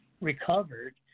recovered